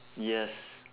yes